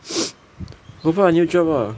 go find a new job lah